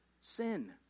sin